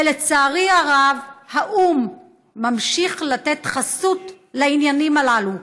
ולצערי הרב, האו"ם ממשיך לתת חסות לעניינים הללו.